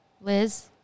Liz